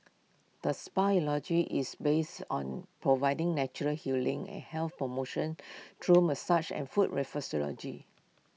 the spa's ideology is based on providing natural healing and health promotion through massage and foot reflexology